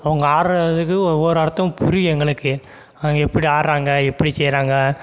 அவங்க ஆடுகிறதுக்கு ஒவ்வொரு அர்த்தமும் புரியும் எங்களுக்கே அவங்க எப்படி ஆடுறாங்க எப்படி செய்கிறாங்க